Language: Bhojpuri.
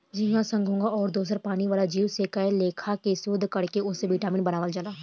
झींगा, संख, घोघा आउर दोसर पानी वाला जीव से कए लेखा के शोध कर के ओसे विटामिन बनावल जाला